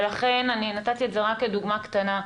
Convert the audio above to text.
ולכן נתתי את זה רק כדוגמה קטנה.